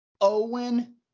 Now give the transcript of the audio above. Owen